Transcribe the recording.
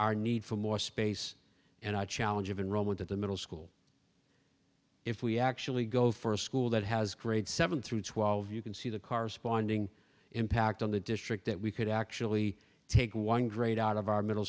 our need for more space and a challenge of enrollment at the middle school if we actually go for a school that has grades seven through twelve you can see the corresponding impact on the district that we could actually take one grade out of our middle